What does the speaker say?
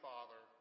Father